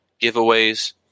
giveaways